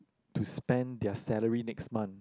to spend their salary next month